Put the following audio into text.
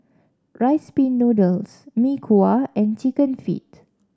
Rice Pin Noodles Mee Kuah and chicken feet